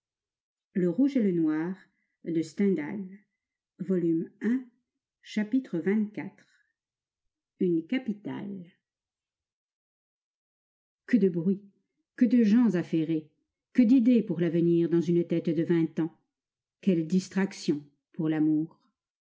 chapitre xxiv une capitale que de bruit que de gens affairés que d'idées pour l'avenir dans une tête de vingt ans quelle distraction pour l'amour